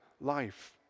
life